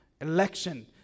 election